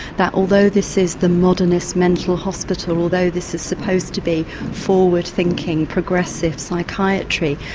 that although this is the modernist mental hospital, although this is supposed to be forward thinking progressive psychiatry,